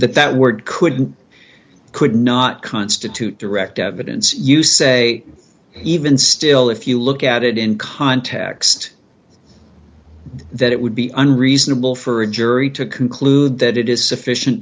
the that word could and could not constitute direct evidence you say even still if you look at it in context that it would be unreasonable for a jury to conclude that it is sufficient